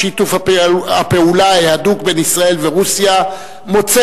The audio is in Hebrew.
שיתוף הפעולה ההדוק בין ישראל ורוסיה מוצא